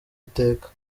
iteka